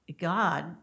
God